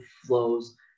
flows